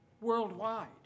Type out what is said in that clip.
worldwide